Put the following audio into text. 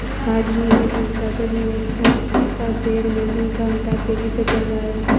हाल ही में संस्थागत निवेशकों का शेयरहोल्डिंग का अनुपात तेज़ी से बढ़ रहा है